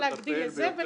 להגדיל לזה ולזה.